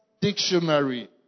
dictionary